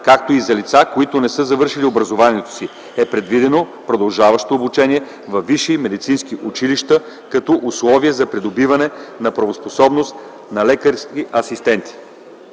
както и за лицата, които не са завършили образоването си, е предвидено продължаващо обучение във висши медицински училища като условие за придобиване на правоспособност на лекарски асистенти.